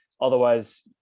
otherwise